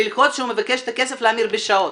ללחוץ שהוא מבקש את הכסף להמיר לשעות?